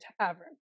tavern